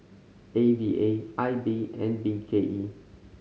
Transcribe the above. A V A I B and B K E